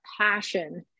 passion